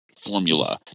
Formula